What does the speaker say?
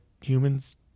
humans